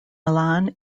milan